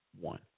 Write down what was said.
one